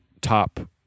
top